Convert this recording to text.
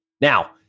Now